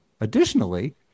Additionally